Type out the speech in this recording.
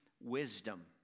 wisdom